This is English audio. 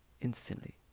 instantly